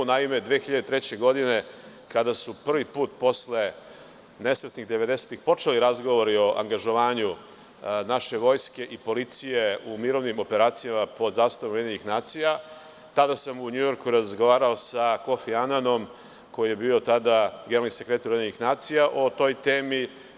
Naime, 2003. godine kada su prvi put posle nesretnih 90-ih počeli razgovori o angažovanju naše vojske i policije u mirovnim operacijama pod zastavom UN, tada sam u Njujorku razgovarao sa Kofi Ananom koji je bio tada generalni sekretar UN o toj temi.